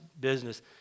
business